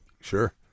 sure